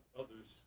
others